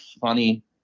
funny